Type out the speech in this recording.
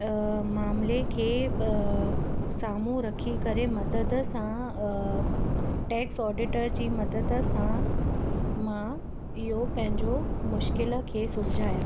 मामले खे साम्हूं रखी करे मदद सां टैक्स ऑडिटर जी मदद सां मां इहो पंहिंजो मुश्किलु खे सुलझाया